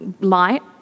light